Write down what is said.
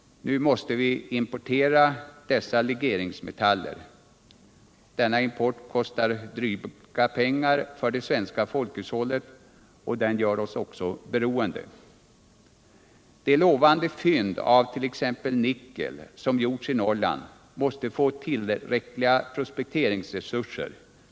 Nu måste vi importera legeringsmetallerna. Denna import kostar dryga pengar för det svenska folkhushållet, och den gör oss beroende. För de lovande fynd av t.ex. nickel som gjorts i Norrland måste därför satsas tillräckliga prospekteringsresurser.